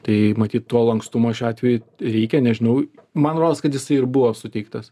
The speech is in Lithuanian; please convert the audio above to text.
tai matyt tuo lankstumo šiuo atveju reikia nežinau man rodos kad jisai ir buvo suteiktas